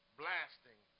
blasting